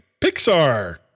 Pixar